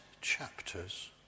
chapters